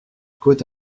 côte